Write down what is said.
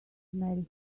mary